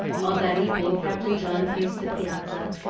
all that evening captain john paced the piazza,